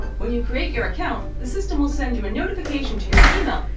when you create your account, the system will send you a notification to your email.